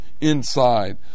inside